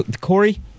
Corey